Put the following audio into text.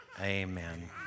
Amen